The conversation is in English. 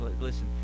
Listen